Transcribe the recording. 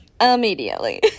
immediately